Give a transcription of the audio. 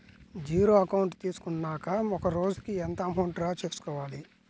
Zero account తీసుకున్నాక ఒక రోజుకి ఎంత అమౌంట్ డ్రా చేసుకోవాలి?